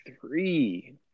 three